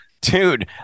dude